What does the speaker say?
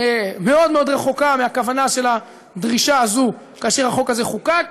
מאוד מאוד רחוקה מהכוונה של הדרישה הזאת כאשר החוק הזה חוקק.